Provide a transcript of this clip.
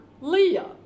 Leah